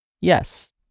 Yes